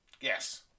Yes